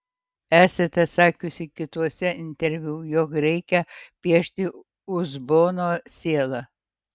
esate sakiusi kituose interviu jog reikia piešti uzbono sielą